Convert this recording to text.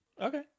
Okay